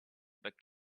but